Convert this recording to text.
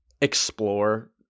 explore